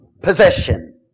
possession